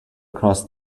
across